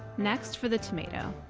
next for the tomato.